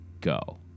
go